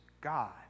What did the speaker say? God